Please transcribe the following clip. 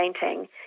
painting